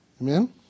Amen